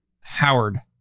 Howard